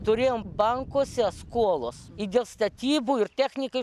turėjom bankuose skolos ir dėl statybų ir technikai